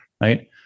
right